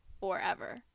forever